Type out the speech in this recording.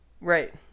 Right